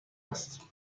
است